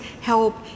help